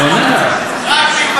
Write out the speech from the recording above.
היוודע דבר עבירה,